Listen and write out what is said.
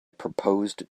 proposed